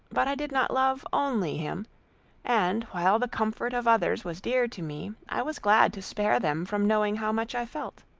but i did not love only him and while the comfort of others was dear to me, i was glad to spare them from knowing how much i felt.